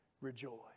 rejoice